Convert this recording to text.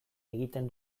egiten